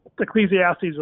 Ecclesiastes